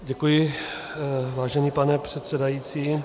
Děkuji, vážený pane předsedající.